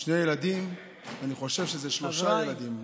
שני ילדים, אני חושב שזה שלושה ילדים,